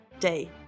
day